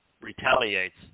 retaliates